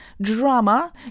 drama